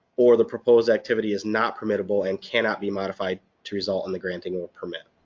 or the proposed activity is not permittable and cannot be modified to result in the granting of a permit.